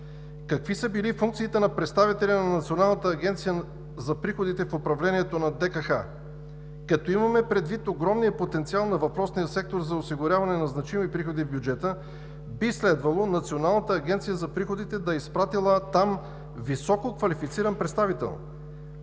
Какви са били функциите на представителя на Националната агенция по приходите в управлението на Държавната комисия по хазарта? Като имаме предвид огромния потенциал на въпросния сектор за осигуряване на значими приходи в бюджета, би следвало Националната агенция по приходите да е изпратила там висококвалифициран представител.